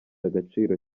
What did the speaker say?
agaciro